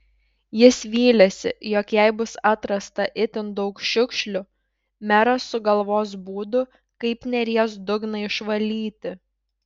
jis vylėsi jog jei bus atrasta itin daug šiukšlių meras sugalvos būdų kaip neries dugną išvalyti